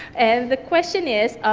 and the question is,